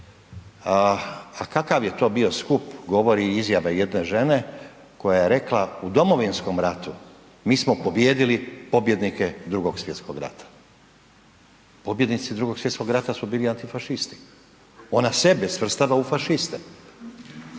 A kakav je to bio skup, govori izjava jedne žene koja je rekla, u Domovinskom ratu mi smo pobijedili pobjednike II. Svjetskog rata. Pobjednici II. Svjetskog rata su bili antifašisti, ona sebe svrstava u fašiste.